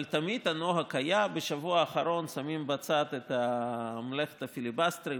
אבל תמיד הנוהג היה שבשבוע האחרון שמים בצד את מלאכת הפיליבסטרים,